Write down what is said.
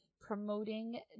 promoting